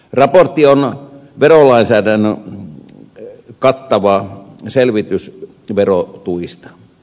raportti on verolainsäädännön kattava selvitys verotuista